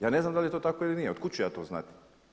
Ja ne znam da li je to tako ili nije, od kud ću ja to znati?